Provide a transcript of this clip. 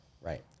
Right